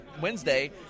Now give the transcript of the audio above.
Wednesday